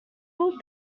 will